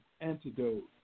antidote